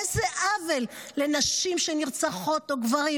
איזה עוול לנשים שנרצחות או גברים,